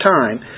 time